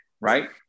right